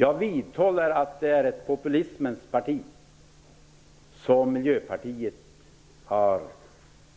Jag vidhåller att Miljöpartiet är ett populismens parti. Man har